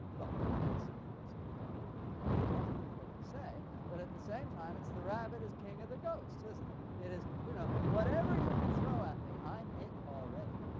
well, that's, of course, rather an uncomfortable thing to say, but at the same time it's the rabbit as king of the ghosts, isn't it? it is you know whatever you can throw at me, i'm it already.